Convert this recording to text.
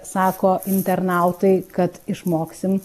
sako internautai kad išmoksim